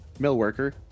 Millworker